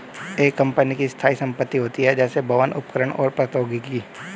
एक कंपनी की स्थायी संपत्ति होती हैं, जैसे भवन, उपकरण और प्रौद्योगिकी